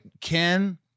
Ken